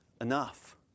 enough